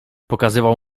pokazywał